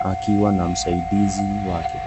akiwa na msaidizi wake.